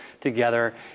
together